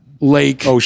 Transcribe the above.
lake